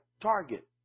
target